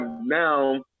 now